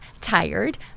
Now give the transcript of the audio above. tired